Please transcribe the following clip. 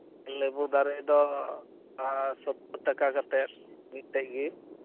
ᱞᱮᱵᱩ ᱫᱟᱨᱮᱫᱚ ᱥᱳᱛᱛᱚᱨ ᱴᱟᱠᱟ ᱠᱟᱛᱮᱫ ᱢᱤᱫᱴᱮᱱ ᱜᱮ